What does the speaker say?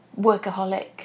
workaholic